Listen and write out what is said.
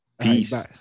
Peace